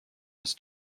was